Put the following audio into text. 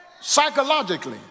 Psychologically